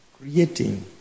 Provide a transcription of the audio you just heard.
Creating